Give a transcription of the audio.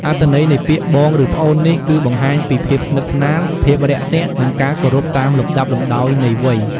អត្ថន័យនៃពាក្យ បងឬប្អូន នេះ គឺ បង្ហាញពីភាពស្និទ្ធស្នាល ភាពរាក់ទាក់ និងការគោរពតាមលំដាប់លំដោយនៃវ័យ។